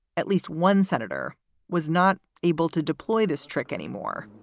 at least one senator was not able to deploy this trick anymore.